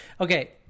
Okay